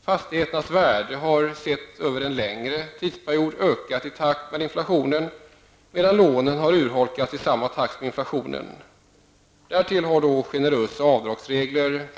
Fastigheternas värde har sett över en längre tidsperiod ökat i takt med inflationen, medan lånen har urholkats i takt med inflationen. Generösa avdragsregler har